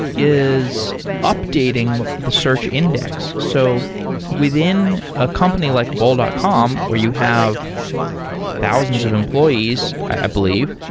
is updating the search index. so within a company like bol dot com, where you have thousands of employees, i believe,